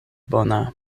bona